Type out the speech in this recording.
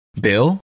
bill